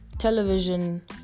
television